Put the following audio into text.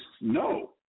No